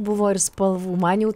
buvo ir spalvų man jau